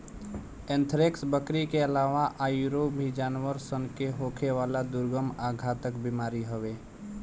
anthrax, बकरी के आलावा आयूरो भी जानवर सन के होखेवाला दुर्गम आ घातक बीमारी हवे